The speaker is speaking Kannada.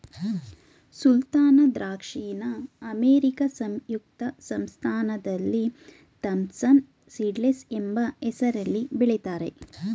ಸುಲ್ತಾನ ದ್ರಾಕ್ಷಿನ ಅಮೇರಿಕಾ ಸಂಯುಕ್ತ ಸಂಸ್ಥಾನದಲ್ಲಿ ಥಾಂಪ್ಸನ್ ಸೀಡ್ಲೆಸ್ ಎಂಬ ಹೆಸ್ರಲ್ಲಿ ಬೆಳಿತಾರೆ